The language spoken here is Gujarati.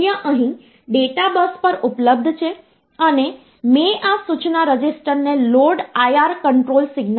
75 માટે સંખ્યા દર્શાવે છે કારણ કે ડેસિમલ પોઇન્ટ પહેલાની ડાબી બાજુ 5 જમણી બાજુ દર્શાવે છે રજૂઆત 1 માં 2 ઘાત માઇનસ 1 છે કારણ કે તે નંબર સિસ્ટમનો આધાર 2 છે